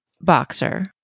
boxer